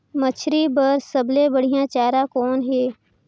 मछरी बर सबले बढ़िया चारा कौन हे?